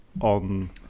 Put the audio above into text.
on